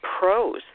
pros